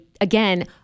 again